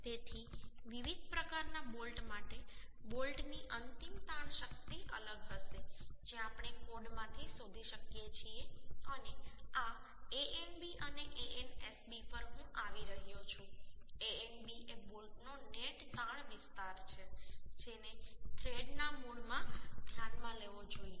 તેથી વિવિધ પ્રકારના બોલ્ટ માટે બોલ્ટની અંતિમ તાણ શક્તિ અલગ હશે જે આપણે કોડમાંથી શોધી શકીએ છીએ અને આ Anb અને Ansb પર હું આવી રહ્યો છું Anb એ બોલ્ટનો નેટ તાણ વિસ્તાર છે જેને થ્રેડ ના મૂળમાં ધ્યાનમાં લેવો જોઈએ